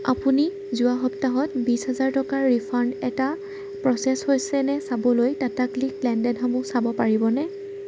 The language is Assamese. আপুনি যোৱা সপ্তাহত বিছ হেজাৰ টকাৰ ৰিফাণ্ড এটা প্ৰ'চেছ হৈছেনে চাবলৈ টাটাক্লিক লেনদেনসমূহ চাব পাৰিবনে